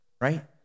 right